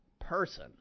person